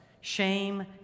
Shame